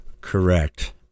Correct